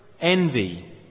Envy